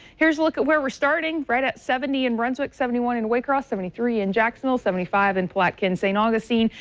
here is a look at where we're starting at seventy in brunswick. seventy one in waycross. seventy three in jacksonville, seventy five in palatka and st. augustine.